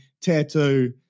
tattoo